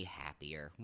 happier